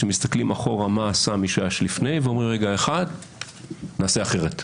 שמסתכלים אחורה מה עשה מי שהיה לפני ואומרים נעשה אחרת.